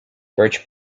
birch